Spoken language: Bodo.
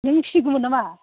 नों फिसिगौमोन नामा